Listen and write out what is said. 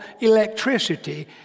electricity